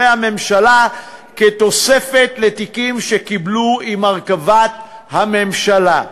הממשלה כתוספת לתיקים שקיבלו עם הרכבת הממשלה,